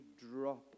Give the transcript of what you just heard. drop